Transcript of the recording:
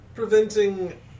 preventing